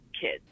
kids